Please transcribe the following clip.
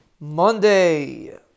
Monday